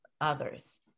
others